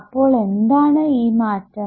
അപ്പോൾ എന്താണ് ഈ മാറ്റം